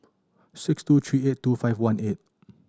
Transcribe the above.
six two three eight two five one eight